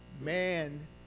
man